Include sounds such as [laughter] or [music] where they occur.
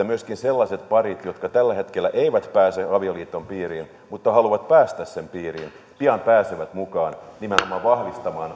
[unintelligible] myöskin sellaiset parit jotka tällä hetkellä eivät pääse avioliiton piiriin mutta haluavat päästä sen piiriin pian pääsevät mukaan nimenomaan vahvistamaan